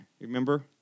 Remember